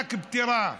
מענק פטירה.